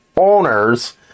owners